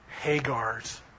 Hagar's